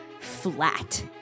flat